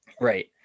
Right